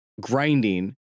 grinding